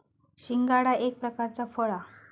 शिंगाडा एक प्रकारचा फळ हा